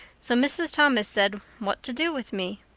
so mrs. thomas said, what to do with me.